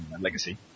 legacy